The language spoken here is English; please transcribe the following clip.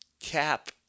Cap